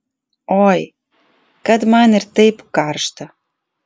oi kad man ir taip karšta